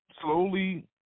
slowly